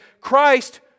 Christ